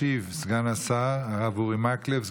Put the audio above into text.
ישיב סגן השר הרב אורי מקלב,